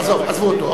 עזבו אותו.